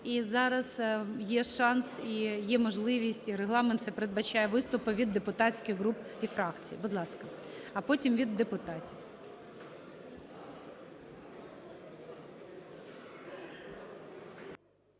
І зараз є шанс і є можливість, і Регламент це передбачає, виступи від депутатських груп і фракцій. Будь ласка. А потім від депутатів.